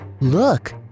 Look